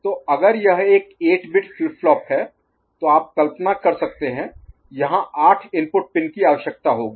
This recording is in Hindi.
तो अगर यह एक 8 बिट फ्लिप फ्लॉप है तो आप कल्पना कर सकते हैं यहां आठ इनपुट पिन की आवश्यकता होगी